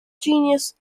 genus